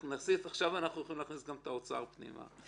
עכשיו אנחנו יכולים להכניס גם את האוצר פנימה,